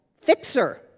fixer